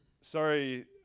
sorry